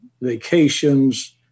vacations